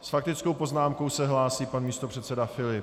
S faktickou poznámkou se hlásí pan místopředseda Filip.